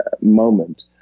moment